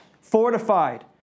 fortified